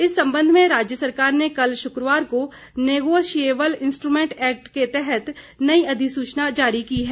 इस संबंध में राज्य सरकार ने कल शुक्रवार को नेगोशिएवल इंस्ट्रूमेंट एक्ट के तहत नई अधिसूचना जारी की है